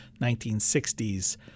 1960s